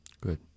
Good